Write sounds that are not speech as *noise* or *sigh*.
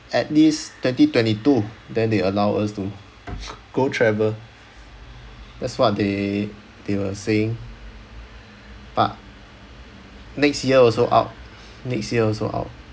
at least twenty twenty two then they allow us to *noise* go travel that's what they they were saying but next year also out next year also out